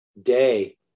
day